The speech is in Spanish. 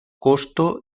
costo